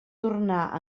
tornar